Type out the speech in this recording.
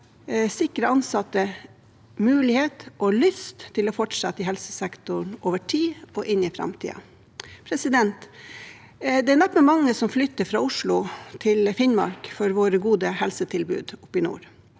sikre ansatte mulighet og lyst til å fortsette i helsesektoren over tid og inn i framtiden. Det er neppe mange som flytter fra Oslo til Finnmark for våre gode helsetilbud oppe i nord.